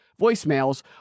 voicemails